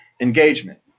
engagement